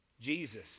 Jesus